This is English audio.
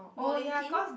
bowling pin